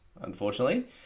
unfortunately